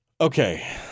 Okay